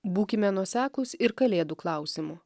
būkime nuoseklūs ir kalėdų klausimu